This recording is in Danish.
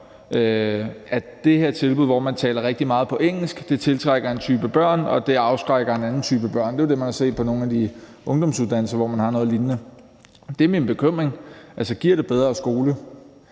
at det her tilbud, hvor man taler rigtig meget engelsk, tiltrækker én type børn og afskrækker en anden type børn? Det er jo det, man har set på nogle ungdomsuddannelser, hvor man har noget lignende. Dét er min bekymring: Altså, giver det en bedre skole?